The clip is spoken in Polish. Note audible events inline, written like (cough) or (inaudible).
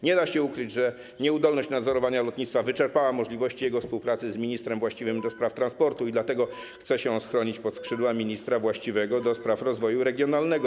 Nie da się ukryć, że nieudolność w nadzorowaniu lotnictwa wyczerpała możliwości jego współpracy z ministrem właściwym (noise) do spraw transportu i dlatego chce on się schronić pod skrzydła ministra właściwego do spraw rozwoju regionalnego.